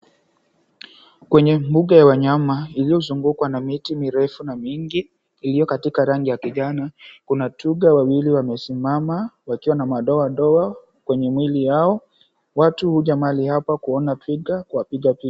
Kwenye mbuga ya wanyama iliyozungukwa na miti mirefu na mingi iliyo katika rangi ya kijani, kuna twiga wawili wamesimama wakiwa na madoa doa kwenye mwili yao. Watu huja mahali apa kuona twiga kuwapiga pia.